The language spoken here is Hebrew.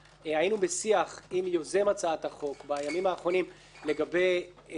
היינו בשיח עם יוזם הצעת החוק בימים האחרונים לגבי איך